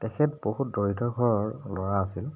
তেখেত বহুত দৰিদ্ৰ ঘৰৰ ল'ৰা আছিল